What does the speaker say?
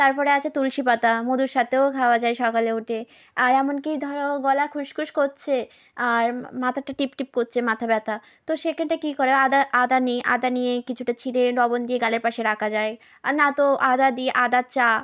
তারপরে আছে তুলসী পাতা মধুর সাথেও খাওয়া যায় সকালে উঠে আর এমন কি ধর গলা খুসখুস করছে আর মাথাটা টিপটিপ কচ্ছে মাথা ব্যথা তো সেখানটায় কি করা আদা নিই আদা নিয়ে কিছুটা ছিঁড়ে লবণ দিয়ে গালের পাশে রাখা যায় আর নয় তো আদা দিয়ে আদার চা